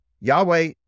Yahweh